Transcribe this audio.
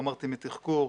אמרתי מתחקור.